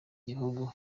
gihugu